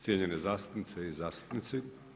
Cijenjene zastupnice i zastupnici.